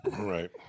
Right